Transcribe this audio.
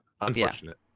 Unfortunate